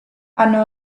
hanno